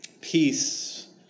Peace